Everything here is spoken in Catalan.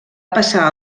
passar